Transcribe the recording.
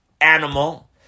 animal